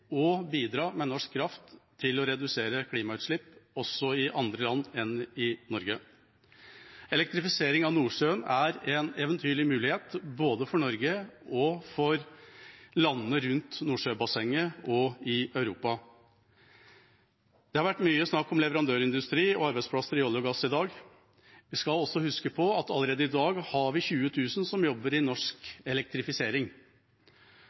å bidra med norsk kraft til å redusere klimautslipp også i andre land enn i Norge. Elektrifisering av Nordsjøen er en eventyrlig mulighet både for Norge og for landene rundt Nordsjøbassenget og i Europa. Det har vært mye snakk om leverandørindustri og arbeidsplasser i olje og gass i dag. Vi skal også huske på at allerede i dag har vi 20 000 som jobber